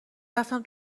رفتم